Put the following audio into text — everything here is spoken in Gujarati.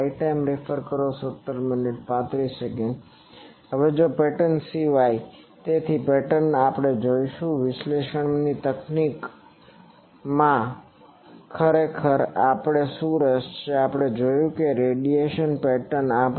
હવે પેટર્ન સિવાય તેથી પેટર્નથી આપણે જોઈશું કે વિશ્લેષણ તકનીકમાં પણ ખરેખર રસ શું છે આપણે જોયું છે કે રેડિયેશન પેટર્નથી